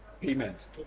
payment